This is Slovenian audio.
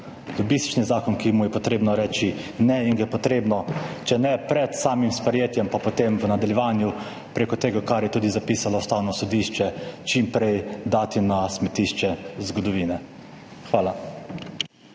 Lobistični zakon, ki mu je treba reči ne in ga je treba, če ne pred samim sprejetjem, pa potem v nadaljevanju prek tega, kar je zapisalo tudi Ustavno sodišče, čim prej dati na smetišče zgodovine. Hvala.